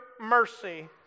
mercy